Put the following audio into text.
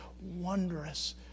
wondrous